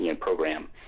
program